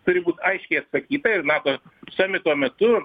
turi būt aiškiai atsakyta ir nato samito metu